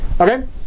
Okay